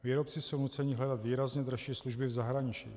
Výrobci jsou nuceni hledat výrazně dražší služby v zahraničí.